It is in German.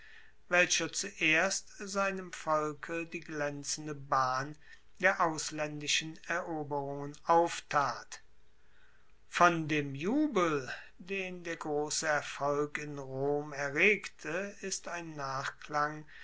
welcher zuerst seinem volke die glaenzende bahn der auslaendischen eroberungen auftat von dem jubel den der grosse erfolg in rom erregte ist ein nachklang